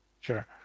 Sure